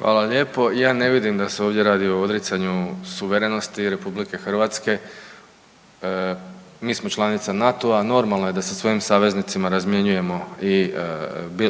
Hvala lijepo. Ja ne vidim da se ovdje radi o odricanju suverenosti RH. Mi smo članica NATO-a. Normalno je da sa svojim saveznicima razmjenjujemo i